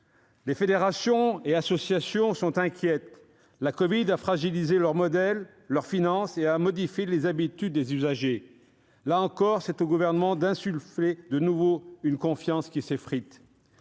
Les fédérations et associations sont inquiètes : la covid-19 a fragilisé leur modèle, leurs finances, et a modifié les habitudes des usagers. Là encore, c'est au Gouvernement d'insuffler de nouveau de la confiance. Les